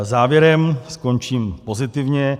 Závěrem skončím pozitivně.